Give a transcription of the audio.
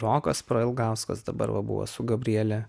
rokas ilgauskas dabar buvo su gabriele